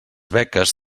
beques